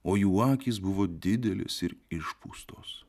o jų akys buvo didelis ir išpūstos